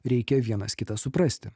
reikia vienas kitą suprasti